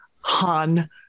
Han